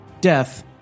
death